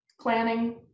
planning